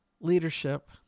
Leadership